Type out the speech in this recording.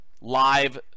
live